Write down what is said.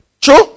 True